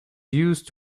used